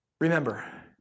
Remember